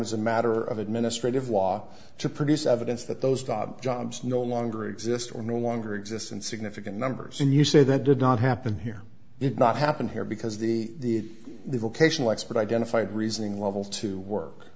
as a matter of administrative law to produce evidence that those dogs jobs no longer exist or no longer exist in significant numbers and you say that did not happen here did not happen here because the vocational expert identified reasoning levels to work